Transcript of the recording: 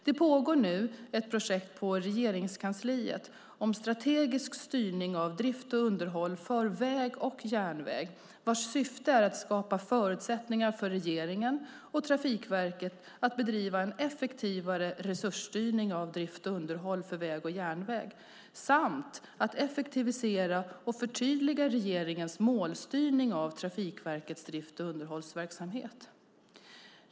Det pågår nu ett projekt på Regeringskansliet om strategisk styrning av drift och underhåll för väg och järnväg, vars syfte är att skapa förutsättningar för regeringen och Trafikverket att bedriva en effektivare resursstyrning av drift och underhåll för väg och järnväg samt att effektivisera och förtydliga regeringens målstyrning av Trafikverkets drift och underhållsverksamhet.